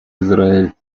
израиль